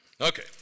Okay